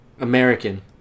American